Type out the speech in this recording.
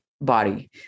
body